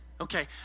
Okay